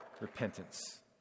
repentance